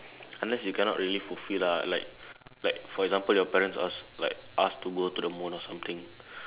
unless you cannot really fulfill lah like like for example your parents ask like ask to go to the mall or something